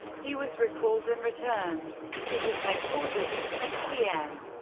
he was recalled and returned to his headquarters at ten pm.